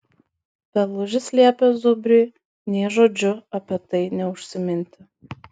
pelužis liepė zubriui nė žodžiu apie tai neužsiminti